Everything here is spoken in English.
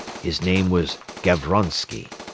his name was gavronsky.